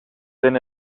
been